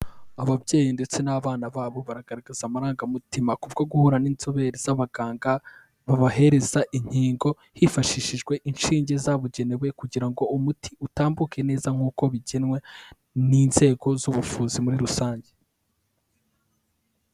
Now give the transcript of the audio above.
Ababyeyi ndetse n'abana babo bagaragaza amarangamutima, kubwo guhura n'inzobere z'abaganga babahereza inkingo, hifashishijwe inshinge zabugenewe kugira ngo umuti utambuke neza nk'uko bigenwa n'inzego z'ubuvuzi muri rusange.